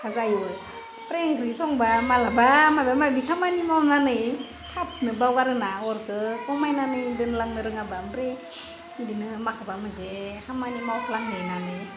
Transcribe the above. जायो ओमफ्राय ओंख्रि संब्ला माब्लाबा माबा मायबि खामानि मावनानै थाबनो बावगारहोना अरखौ खमायनानै दोनलांनो रोङाबा ओमफ्राय बिदिनो माखौबा मोनसे खामानि मावफ्लांहैनानै